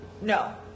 No